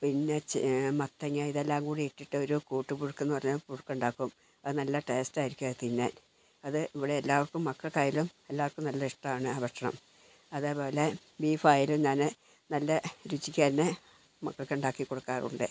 പിന്നെ ചെ മത്തങ്ങാ ഇതെല്ലം കൂടി ഇട്ടിട്ട് ഒരു കൂട്ട് പുഴുക്കന്ന് പറഞ്ഞ പുഴുക്ക് ഉണ്ടാക്കും അത് നല്ല ടേസ്റ്റ് ആയിരിക്കും അത് തിന്നാൻ അത് ഇവിടെ എല്ലാവരും മക്കൾക്കായാലും എല്ലാവർക്കും നല്ല ഇഷ്ട്ടമാണ് ആ ഭക്ഷണം അതേപോലെ ബീഫായാലും തന്നെ നല്ല രുചിക്ക് തന്നെ മക്കൾക്ക് ഉണ്ടാക്കി കൊടുക്കാറുണ്ട്